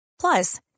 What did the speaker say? Plus